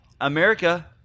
America